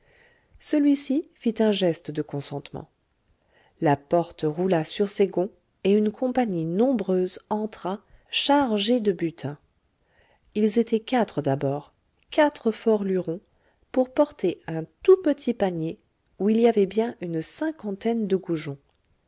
celui-ci fit un geste de consentement la porte roula sur ses gonds et une compagnie nombreuse entra chargée de butin ils étaient quatre d'abord quatre forts lurons pour porter un tout petit panier où il y avait bien une cinquantaine de goujons